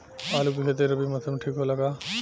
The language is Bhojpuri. आलू के खेती रबी मौसम में ठीक होला का?